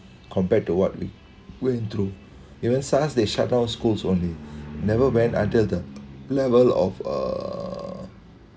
compared to what we went through even SARS they shut down schools only never went until the level of uh